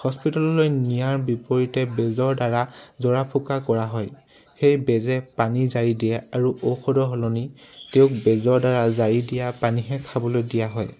হস্পিতাললৈ নিয়াৰ বিপৰীতে বেজৰ দ্বাৰা জৰা ফুকা কৰা হয় সেই বেজে পানী জাৰি দিয়ে আৰু ঔষধৰ সলনি তেওঁক বেজৰ দ্বাৰা জাৰি দিয়া পানীহে খাবলৈ দিয়া হয়